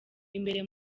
imbere